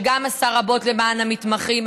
שגם הוא עשה רבות למען המתמחים.